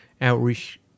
outreach